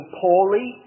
poorly